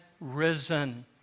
risen